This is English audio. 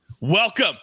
Welcome